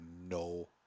no